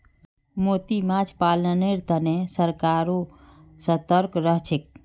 मोती माछ पालनेर तने सरकारो सतर्क रहछेक